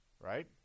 right